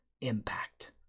impact